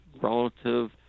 relative